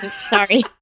sorry